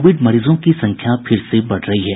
Covid मरीजों की संख्या फिर से बढ़ रही है